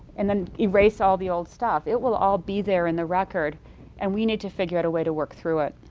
and then erased all the old stuff. it will all be there in the record and we need to figure out a way to work through it.